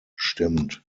gestimmt